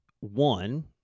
one